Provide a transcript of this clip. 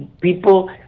People